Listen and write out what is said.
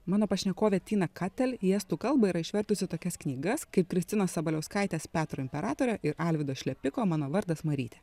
mano pašnekovė tina katel kad jie estų kalba yra išvertusi tokias knygas kaip kristinos sabaliauskaitės petro imperatorę ir alvydo šlepiko mano vardas marytė